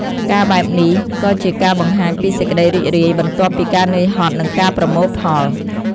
ការបែបនេះក៏ជាការបង្ហាញពីសេចក្តីរីករាយ បន្ទាប់ពីការនឿយហត់ និងការប្រមូលផល។